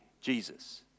Jesus